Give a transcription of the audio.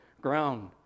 ground